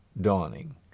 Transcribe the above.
dawning